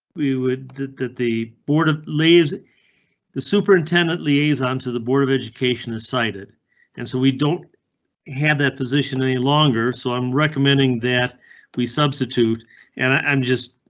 we would that that the board of lays the superintendent liaison to the board of education, is cited and so we don't have that position any longer. so i'm recommending that we substitute and i'm just.